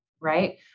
right